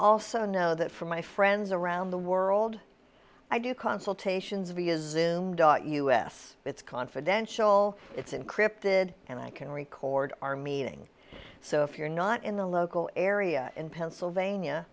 also know that from my friends around the world i do consultations via us it's confidential it's encrypted and i can record our meeting so if you're not in the local area in pennsylvania